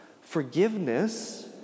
Forgiveness